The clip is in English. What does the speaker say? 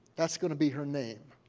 that's going to be her name.